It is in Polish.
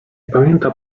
pamięta